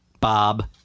Bob